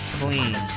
Clean